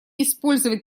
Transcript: использовать